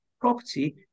property